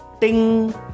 ting